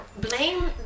Blame